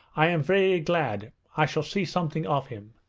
i am very glad i shall see something of him.